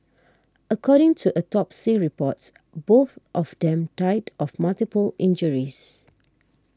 according to autopsy reports both of them died of multiple injuries